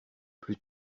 plus